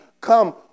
come